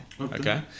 okay